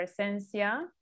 Presencia